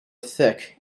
thick